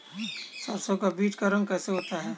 सरसों के बीज का रंग कैसा होता है?